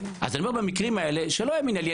אז במקרים האלה שלא יהיה מינהלי.